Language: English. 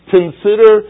Consider